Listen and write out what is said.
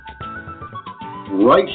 right